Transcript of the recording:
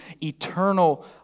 eternal